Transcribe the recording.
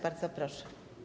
Bardzo proszę.